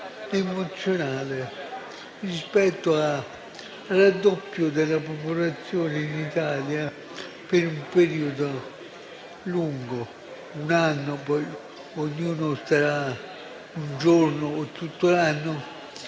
emozionale rispetto al raddoppio della popolazione in Italia per un periodo lungo - un anno, poi ciascuno starà un giorno o tutto l'anno